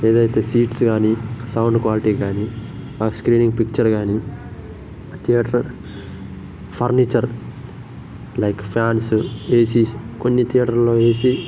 ఏదయితే సీట్స్ గానీ sound quality గానీ ఆ స్క్రీనింగ్ పిక్చర్ గానీ theatre furniture like fans ACs కొన్ని థియేటర్లో ఏసీ